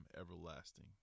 everlasting